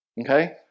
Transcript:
Okay